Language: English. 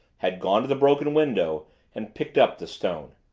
had gone to the broken window and picked up the stone.